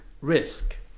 risk